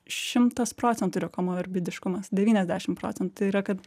šimtas procentų yra komorbidiškumas devyniasdešim procentų yra kad